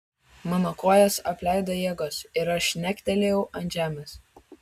mano kojas apleido jėgos ir aš žnegtelėjau ant žemės